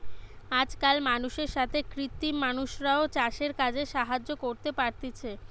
আজকাল মানুষের সাথে কৃত্রিম মানুষরাও চাষের কাজে সাহায্য করতে পারতিছে